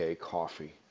Coffee